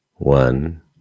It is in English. One